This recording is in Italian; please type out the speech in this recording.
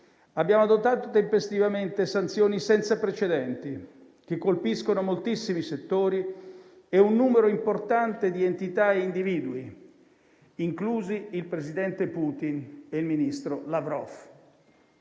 Abbiamo adottato tempestivamente sanzioni senza precedenti, che colpiscono moltissimi settori e un numero importante di entità e individui, inclusi il presidente Putin e il ministro Lavrov.